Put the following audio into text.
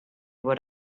what